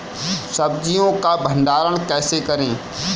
सब्जियों का भंडारण कैसे करें?